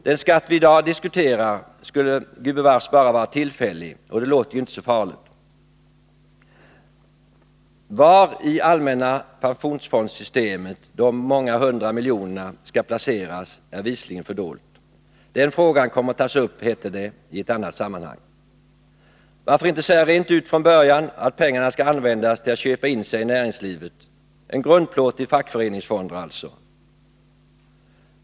Den skatt vi i dag diskuterar skall gubevars bara vara tillfällig, och det låter ju inte så farligt. Var i allmänna pensionsfondssystemet de många hundra miljonerna skall placeras är visligen fördolt — den frågan kommer att tas upp i ett annat sammanhang, heter det. Varför inte säga rent ut från början att pengarna skall användas till att köpa in sig i näringslivet, en grundplåt till fackföreningsfonderna alltså?